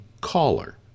Caller